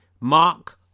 mark